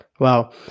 Wow